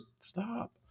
stop